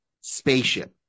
spaceship